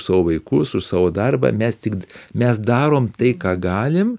savo vaikus už savo darbą mes tik mes darom tai ką galim